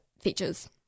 features